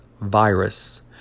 virus